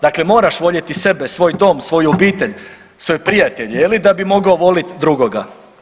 Dakle, moraš voljeti sebe, svoj dom, svoju obitelj, svoje prijatelje da bi mogao volit drugoga.